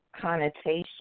connotation